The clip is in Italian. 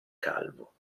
calvo